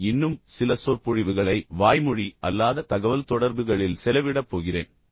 நான் விசேஷமாக இன்னும் சில சொற்பொழிவுகளை வாய்மொழி அல்லாத தகவல்தொடர்புகளில் செலவிடப் போகிறேன்